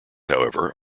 however